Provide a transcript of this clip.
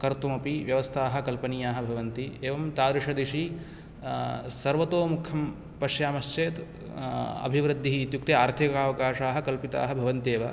कर्तुमपि व्यवस्थाः कल्पनीयाः भवन्ति एवं तादृशदिशि सर्वतो मुखं पश्यामश्चेत् अभिवृद्धिः इत्युक्ते आर्थिक अवकाशाः कल्पिताः भवन्त्येव